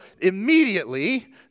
Immediately